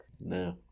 No